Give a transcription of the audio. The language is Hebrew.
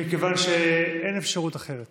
מכיוון שאין אפשרות אחרת